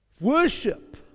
worship